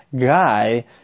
guy